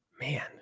Man